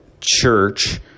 church